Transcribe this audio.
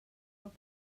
for